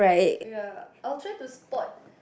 ya I'll try to spot